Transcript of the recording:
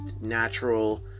natural